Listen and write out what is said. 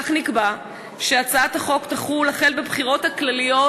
כן נקבע שהצעת החוק תחול החל בבחירות הכלליות